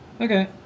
Okay